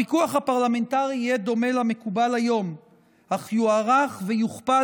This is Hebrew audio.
הפיקוח הפרלמנטרי יהיה דומה למקובל היום אך יוארך ויוכפל